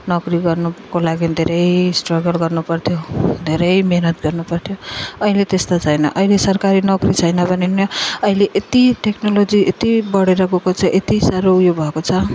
नोकरी गर्नुको लागि धेरै स्ट्रगल गर्नु पर्थ्यो धेरै मेहनत गर्नु पर्थ्यो अहिले त्यस्तो छैन अहिले सरकारी नोकरी छैन भने पनि अहिले यति टेक्नोलोजी यति बढेर गएको चाहिँ यति साह्रो उयो भएको छ